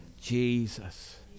Jesus